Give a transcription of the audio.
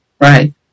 right